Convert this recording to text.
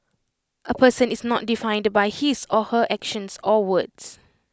A person is not defined by his or her actions or words